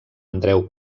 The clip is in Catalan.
andreu